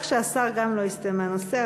רק שהשר גם לא יסטה מהנושא,